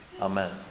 Amen